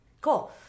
cool